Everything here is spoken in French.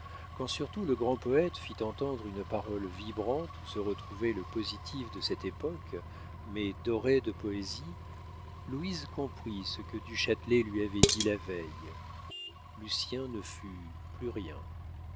quand surtout le grand poète fit entendre une parole vibrante où se retrouvait le positif de cette époque mais doré de poésie louise comprit ce que du châtelet lui avait dit la veille lucien ne fut plus rien